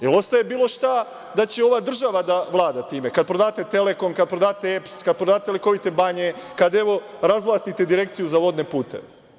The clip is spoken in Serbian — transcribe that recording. Da li ostaje bilo šta da će ova država da vlada time, kada prodate Telekom, kada prodate EPS, kada prodate lekovite banje, kada razvlastite Direkciju za vodne puteve?